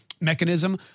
mechanism